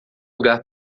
lugar